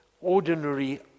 ordinary